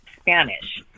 Spanish